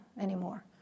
anymore